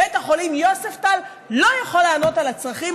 בית החולים יוספטל לא יכול לענות על הצרכים,